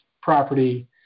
property –